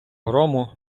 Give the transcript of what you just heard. грому